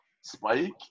Spike